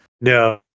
No